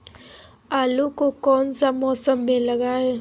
आलू को कौन सा मौसम में लगाए?